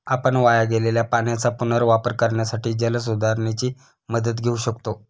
आपण वाया गेलेल्या पाण्याचा पुनर्वापर करण्यासाठी जलसुधारणेची मदत घेऊ शकतो